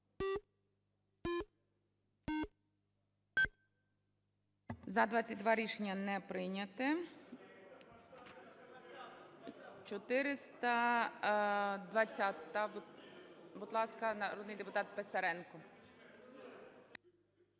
За-22 Рішення не прийняте. 420-а. Будь ласка, народний депутат Писаренко.